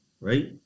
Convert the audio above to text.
right